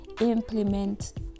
implement